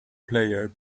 player